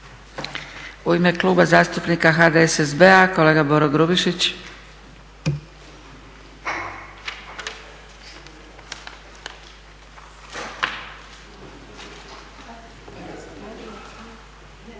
U ime Kluba zastupnika HDSSB-a kolega Boro Grubišić.